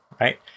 right